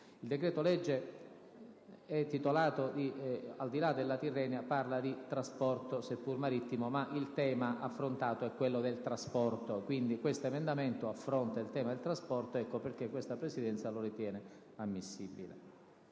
Il decreto-legge, al di là della Tirrenia, parla di trasporto, seppur marittimo, ma il tema affrontato è quello del trasporto; quest'emendamento affronta il tema del trasporto ed ecco perché questa Presidenza lo ritiene ammissibile.